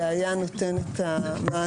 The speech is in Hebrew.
זה היה אולי נותן את המענה,